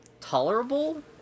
tolerable